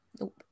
Nope